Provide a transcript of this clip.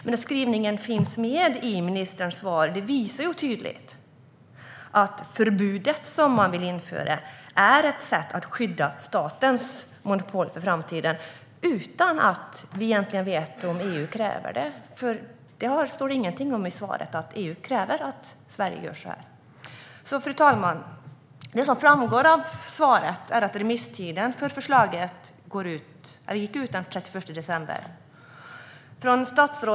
Men skrivningen i ministerns svar visar tydligt att det förbud man vill införa är ett sätt att skydda statens monopol för framtiden, utan att vi egentligen vet om EU kräver det. Det står inget i svaret om att EU kräver att Sverige gör så. Fru talman! Det som framgår av svaret är att remisstiden för förslaget gick ut den 31 december.